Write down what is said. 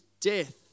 death